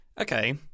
okay